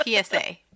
PSA